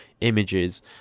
images